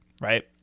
right